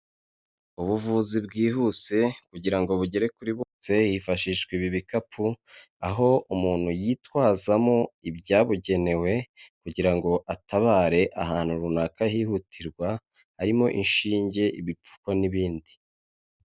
Ubuvuzi bwihuse kugira ngo bugere kuri bose, hifashishwa ibi bikapu aho umuntu yitwazamo ibyabugenewe kugira ngo atabare ahantu runaka hihutirwa, harimo inshinge, ibipfuko n'ibindi.